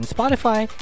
Spotify